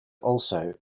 also